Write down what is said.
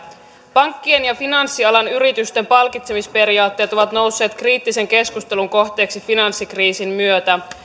pankkien ja finanssialan yritysten palkitsemisperiaatteet ovat nousseet kriittisen keskustelun kohteeksi finanssikriisin myötä